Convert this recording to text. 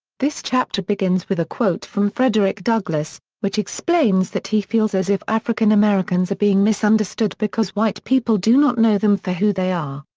this chapter begins with a quote from frederick douglass, which explains that he feels as if african americans are being misunderstood because white people do not know them for who they are.